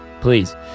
please